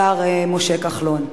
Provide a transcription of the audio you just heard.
השר משה כחלון.